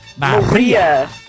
Maria